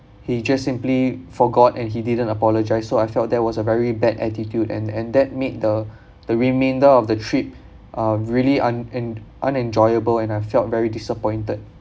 he just simply forgot and he didn't apologise so I felt that was a very bad attitude and and that made the the remainder of the trip uh really un~ an unenjoyable and I felt very disappointed